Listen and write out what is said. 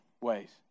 ways